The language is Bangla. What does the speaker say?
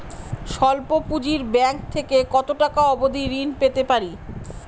স্বল্প পুঁজির ব্যাংক থেকে কত টাকা অবধি ঋণ পেতে পারি?